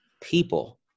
people